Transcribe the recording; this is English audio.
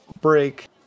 break